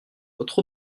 votre